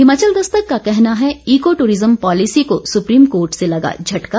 हिमाचल दस्तक का कहना है ईको टूरिज्म पॉलिसी को सुप्रीम कोर्ट से लगा झटका